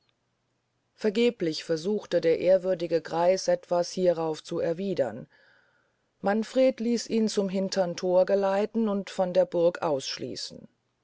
vergeblich versuchte der ehrwürdige greis etwas hierauf zu erwiedern manfred ließ ihn zum hintern thor geleiten und von der burg ausschließen